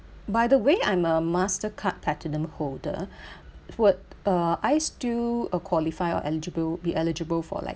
by the way I'm a mastercard platinum holder would uh I still uh qualify or eligible be eligible for like